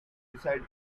decide